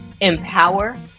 empower